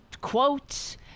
quotes